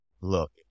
look